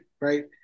right